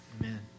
Amen